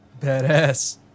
Badass